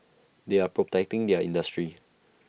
they are protecting their industry